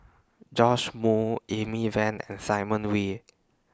Joash Moo Amy Van and Simon Wee